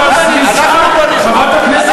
אנחנו בנינו.